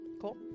Cool